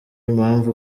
impamvu